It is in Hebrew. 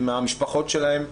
עם משפחות הפוגעים.